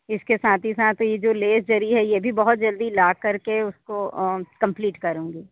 इसके साथ ही साथ यह जो लेस जरी है वह बहुत जल्दी ला करके उसको कम्लीट करूँगी